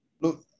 Look